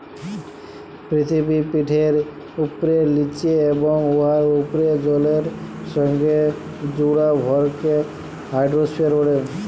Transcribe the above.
পিথিবীপিঠের উপ্রে, লিচে এবং উয়ার উপ্রে জলের সংগে জুড়া ভরকে হাইড্রইস্ফিয়ার ব্যলে